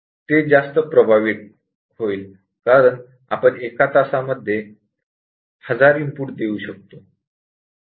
ते जास्त वेळ प्रभावी होईल कारण एका तासामध्ये आपण 1000 इनपुट देऊ शकतो